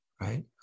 right